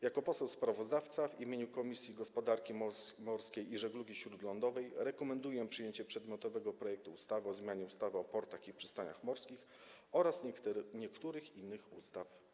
Jako poseł sprawozdawca w imieniu Komisji Gospodarki Morskiej i Żeglugi Śródlądowej rekomenduję przyjęcie przedmiotowego projektu ustawy o zmianie ustawy o portach i przystaniach morskich oraz niektórych innych ustaw.